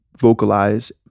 vocalize